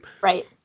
Right